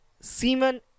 semen